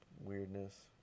weirdness